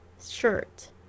shirt